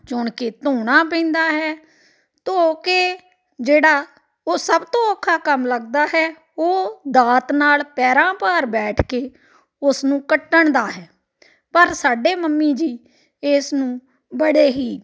ਚੁਣ ਕੇ ਧੋਣਾ ਪੈਂਦਾ ਹੈ ਧੋ ਕੇ ਜਿਹੜਾ ਉਹ ਸਭ ਤੋਂ ਔਖਾ ਕੰਮ ਲੱਗਦਾ ਹੈ ਉਹ ਦਾਤ ਨਾਲ ਪੈਰਾਂ ਭਾਰ ਬੈਠ ਕੇ ਉਸਨੂੰ ਕੱਟਣ ਦਾ ਪਰ ਸਾਡੇ ਮੰਮੀ ਜੀ ਇਸ ਨੂੰ ਬੜੇ ਹੀ